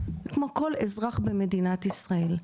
כמו כל אזרח במדינת ישראל.